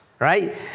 Right